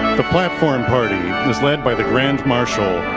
the platform party is led by the grand marshal,